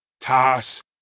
Task